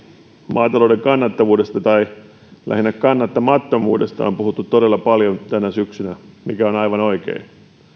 maatalouden kannattavuudesta tai lähinnä kannattamattomuudesta on on puhuttu todella paljon tänä syksynä mikä on aivan oikein